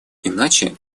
иначе